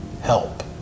help